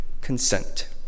consent